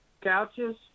couches